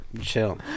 chill